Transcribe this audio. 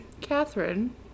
Catherine